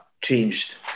changed